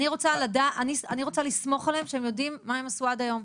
אני רוצה לסמוך עליהם שהם יודעים מה הם עשו עד היום.